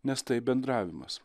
nes tai bendravimas